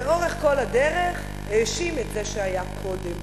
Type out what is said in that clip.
לאורך כל הדרך האשים את זה שהיה קודם.